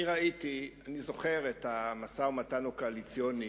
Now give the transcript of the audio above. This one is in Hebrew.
אני זוכר את המשא-ומתן הקואליציוני,